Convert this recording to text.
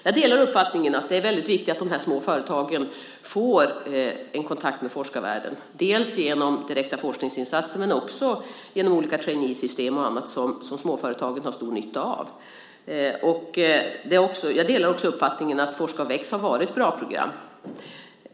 Jag delar uppfattningen att det är väldigt viktigt att de här små företagen får en kontakt med forskarvärlden, genom direkta forskningsinsatser men också genom olika traineesystem och annat som småföretagen har stor nytta av. Jag delar också uppfattningen att Forska och väx har varit ett bra program.